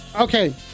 Okay